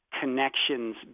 connections